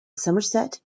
somerset